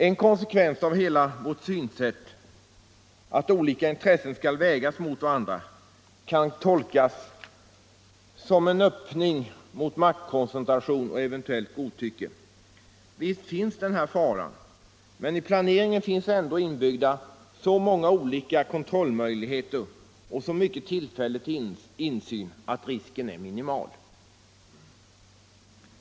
En konsekvens av hela vårt synsätt att olika intressen skall vägas mot varandra kan tolkas som en öppning mot maktkoncentration och eventuellt godtycke. Visst finns denna fara, men i planeringen finns ändå inbyggda så många olika kontrollmöjligheter och så mycket av tillfälle till insyn att risken är minimal.